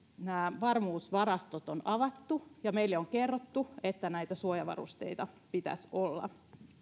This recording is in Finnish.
nämä varmuusvarastot on avattu ja meille on kerrottu että näitä suojavarusteita pitäisi olla